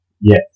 Yes